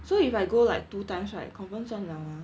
so if I go like two times right confirm 赚了 mah